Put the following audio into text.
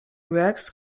works